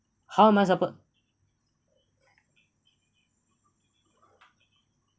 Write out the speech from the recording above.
how am I supposed